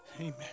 Amen